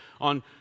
on